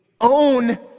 own